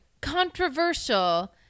controversial